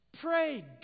pray